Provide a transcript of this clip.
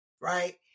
right